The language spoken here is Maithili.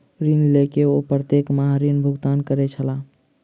ऋण लय के ओ प्रत्येक माह ऋण भुगतान करै छलाह